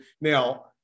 Now